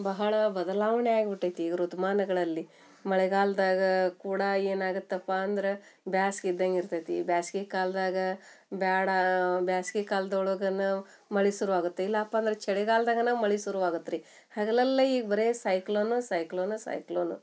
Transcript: ಬಹಳ ಬದಲಾವಣೆ ಆಗ್ಬಿಟೈತಿ ಈಗ ಋತುಮಾನಗಳಲ್ಲಿ ಮಳೆಗಾಲ್ದಾಗಾ ಕೂಡ ಏನಾಗತ್ತಪ್ಪಾ ಅಂದ್ರೆ ಬ್ಯಾಸ್ಗೆ ಇದ್ದಂಗೆ ಇರ್ತೈತಿ ಬ್ಯಾಸ್ಗೆ ಕಾಲ್ದಾಗ ಬ್ಯಾಡಾ ಬ್ಯಾಸ್ಗೆ ಕಾಲ್ದ ಒಳುಗುನ ಮಳೆ ಶುರು ಆಗುತ್ತೆ ಇಲ್ಲಪ್ಪಂದ್ರ ಚಳಿಗಾಲ್ದಾಗನ ಮಳೆ ಶುರು ಆಗುತ್ರಿ ಹಗಲೆಲ್ಲ ಈಗ ಬರೇ ಸೈಕ್ಲೋನು ಸೈಕ್ಲೋನು ಸೈಕ್ಲೋನು